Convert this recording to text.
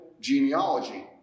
genealogy